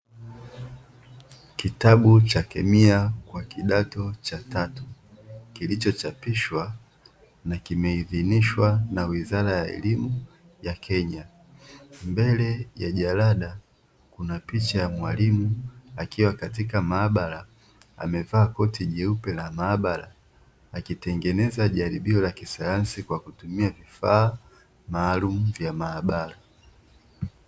Kitabu cha kemia kwa kidato cha tatu kilichochapishwa na kimehidhinishwa na wizara ya elimu ya Kenya. Mbele ya jalada kuna picha ya mwalimu akiwa katika maabara, amevaa koti jeupe la maabara akitengeneza jaribio la kisayansi kwa kutumia vifaa maalumu vya maabara.